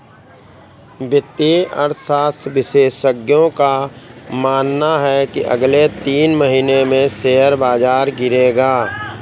वित्तीय अर्थशास्त्र विशेषज्ञों का मानना है की अगले तीन महीने में शेयर बाजार गिरेगा